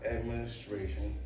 Administration